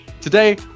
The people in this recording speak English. Today